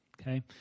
Okay